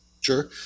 Sure